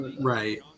Right